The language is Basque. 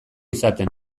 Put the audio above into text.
izaten